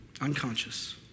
Unconscious